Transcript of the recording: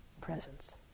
presence